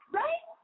right